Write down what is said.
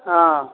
हँ